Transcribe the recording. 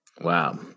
Wow